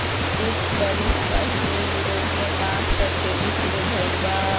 कुछ बरिस पहिले यूरोप में बांस क खेती शुरू भइल बा